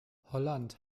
holland